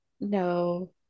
no